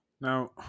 Now